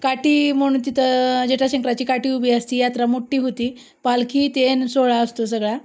काठी म्हणून तिथं जटाशंकराची काठी उभी असते आहे यात्रा मोठी होते आहे पालखी ते आणि सोहळा असतो आहे सगळा